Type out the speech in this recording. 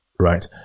Right